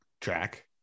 track